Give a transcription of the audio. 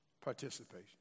participation